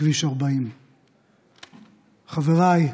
בכביש 40. חבריי,